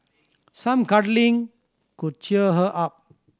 some cuddling could cheer her up